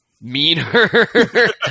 meaner